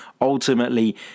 ultimately